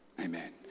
Amen